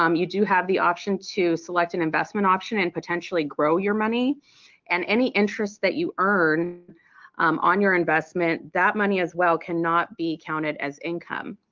um you do have the option to select an investment option and potentially grow your money and any interest that you earn on your investment that money as well cannot be counted as income.